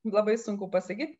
labai sunku pasakyt